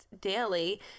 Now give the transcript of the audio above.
daily